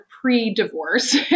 pre-divorce